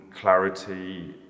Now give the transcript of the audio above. clarity